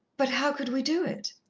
but how could we do it?